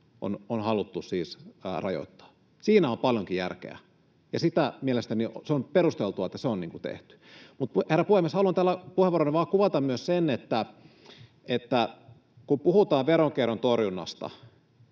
on haluttu rajoittaa. Siinä on paljonkin järkeä, ja mielestäni se on perusteltua, että se on tehty. Herra puhemies! Haluan tällä puheenvuorolla vain kuvata myös sen, että kun puhutaan veronkierron torjunnasta,